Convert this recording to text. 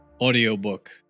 audiobook